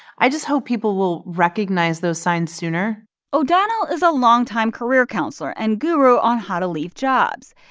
i just hope people will recognize those signs sooner o'donnell is a longtime career counselor and guru on how to leave jobs.